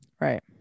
right